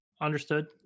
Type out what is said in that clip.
Understood